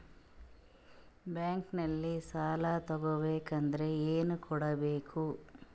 ಬ್ಯಾಂಕಲ್ಲಿ ಸಾಲ ತಗೋ ಬೇಕಾದರೆ ಏನೇನು ಕೊಡಬೇಕು?